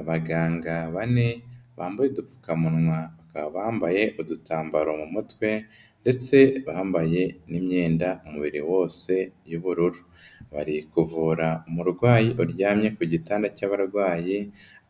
Abaganga bane, bambaye udupfukamunwa, bakaba bambaye udutambaro mu mutwe ndetse bambaye n'imyenda umubiri wose y'ubururu. Bari kuvura umurwayi uryamye ku gitanda cy'abarwayi,